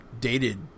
dated